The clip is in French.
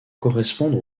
correspondre